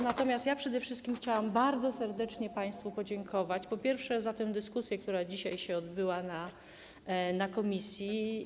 Natomiast ja przede wszystkim chciałam bardzo serdecznie państwu podziękować, po pierwsze, za tę dyskusję, która dzisiaj odbyła się w komisji.